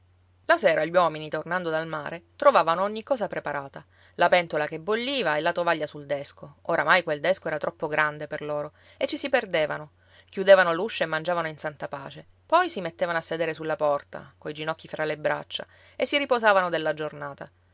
la sera gli uomini tornando dal mare trovavano ogni cosa preparata la pentola che bolliva e la tovaglia sul desco oramai quel desco era troppo grande per loro e ci si perdevano chiudevano l'uscio e mangiavano in santa pace poi si mettevano a sedere sulla porta coi ginocchi fra le braccia e si riposavano della giornata